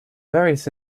various